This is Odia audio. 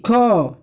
ଶିଖ